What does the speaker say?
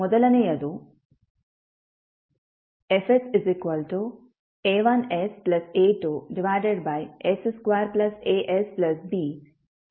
ಮೊದಲನೆಯದು FsA1sA2s2asbF1 ಆಗಿದೆ